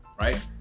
right